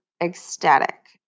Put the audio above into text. ecstatic